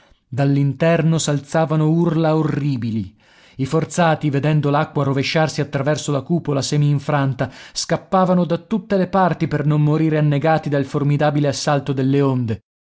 dall'interno s'alzavano urla orribili i forzati vedendo l'acqua rovesciarsi attraverso la cupola seminfranta scappavano da tutte le parti per non morire annegati dal formidabile assalto delle onde